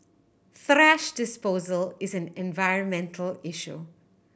thrash disposal is an environmental issue